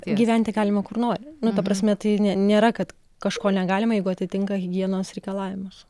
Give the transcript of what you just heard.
gyventi galima kur nori nu ta prasme tai nėra kad kažko negalima jeigu atitinka higienos reikalavimus